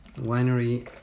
Winery-